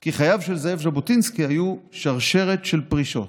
כי חייו של זאב ז'בוטינסקי היו שרשרת של פרישות.